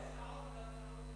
יש שעון להצעות.